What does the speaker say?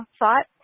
thought